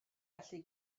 gallu